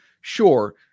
Sure